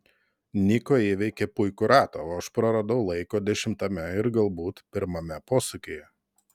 niko įveikė puikų ratą o aš praradau laiko dešimtame ir galbūt pirmame posūkyje